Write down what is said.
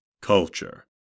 Culture